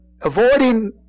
Avoiding